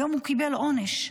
היום הוא קיבל עונש.